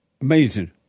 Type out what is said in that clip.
Amazing